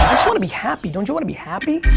just wanna be happy. don't you wanna be happy?